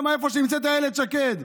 איפה שנמצאת אילת שקד.